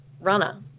runner